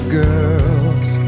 girls